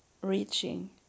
reaching